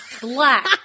black